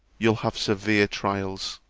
you'll have severe trials.